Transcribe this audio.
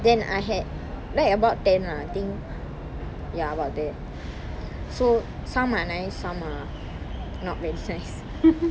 then I had like about ten ah I think ya about there so some are nice some are not very nice